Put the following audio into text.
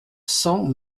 cent